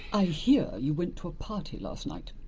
i hear you went to a party last night?